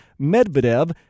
Medvedev